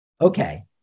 okay